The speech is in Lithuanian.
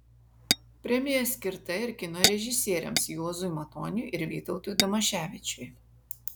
premija skirta ir kino režisieriams juozui matoniui ir vytautui damaševičiui